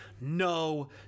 no